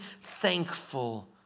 thankful